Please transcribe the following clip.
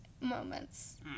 moments